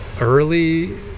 early